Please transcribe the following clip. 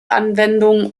anwendungen